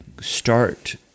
start